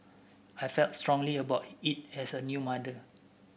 I felt strongly about it as a new mother